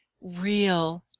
real